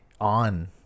on